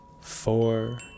four